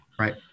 Right